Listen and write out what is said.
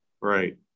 right